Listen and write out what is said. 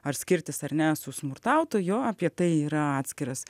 ar skirtis ar ne su smurtautoju o apie tai yra atskiras